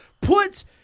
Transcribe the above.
put